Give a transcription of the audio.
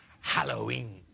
Halloween